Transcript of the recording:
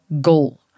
goal